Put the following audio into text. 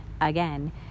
again